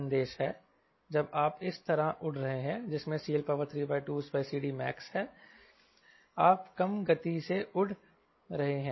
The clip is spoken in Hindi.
संदेश है जब आप इस तरह उड़ रहे हैं जिसमें CL32CD max हैं आप कम गति से उड़ रहे हैं